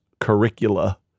curricula